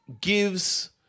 gives